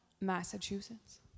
Massachusetts